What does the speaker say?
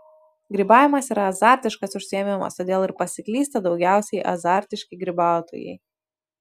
grybavimas yra azartiškas užsiėmimas todėl ir pasiklysta daugiausiai azartiški grybautojai